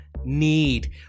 need